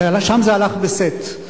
שם זה הלך בסט.